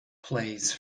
plays